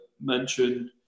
mentioned